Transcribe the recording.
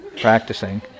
practicing